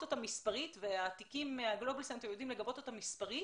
אותה מספרית ה-גלובל סנטר יודע לגבות אותה מספרית